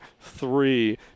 three